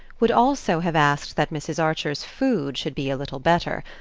would also have asked that mrs. archer's food should be a little better.